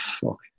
fuck